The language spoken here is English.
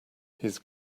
his